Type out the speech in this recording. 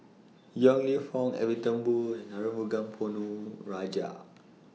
Yong Lew Foong Edwin Thumboo and Arumugam Ponnu Rajah